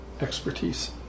expertise